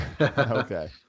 Okay